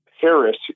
Harris